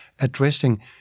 addressing